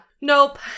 nope